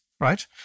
Right